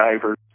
divers